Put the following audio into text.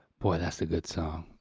boy, that's a good song.